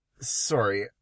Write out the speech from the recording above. Sorry